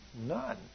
None